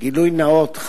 גילוי נאות,